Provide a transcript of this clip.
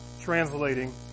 translating